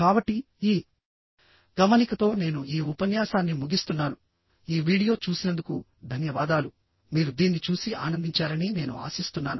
కాబట్టిఈ గమనికతో నేను ఈ ఉపన్యాసాన్ని ముగిస్తున్నాను ఈ వీడియో చూసినందుకు ధన్యవాదాలు మీరు దీన్ని చూసి ఆనందించారని నేను ఆశిస్తున్నాను